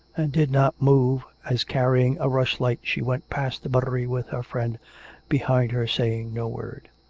and did not move, as carry ing a rushlight she went past the buttery with her friend behind her saying no word.